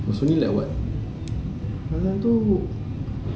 it's only like what time tu